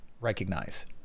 recognize